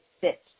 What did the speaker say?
sit